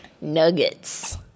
Nuggets